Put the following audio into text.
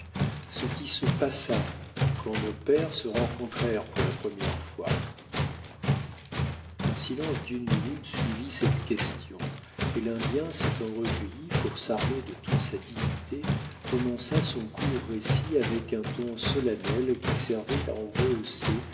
ce qui se passa quand nos pères se rencontrèrent pour la première fois un silence d'une minute suivit cette question et l'indien s'étant recueilli pour s'armer de toute sa dignité commença son court récit avec un ton solennel qui servait à en rehausser